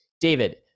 david